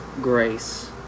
grace